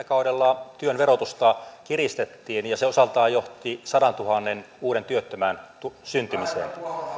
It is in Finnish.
kaudella työn verotusta kiristettiin ja se osaltaan johti sadantuhannen uuden työttömän syntymiseen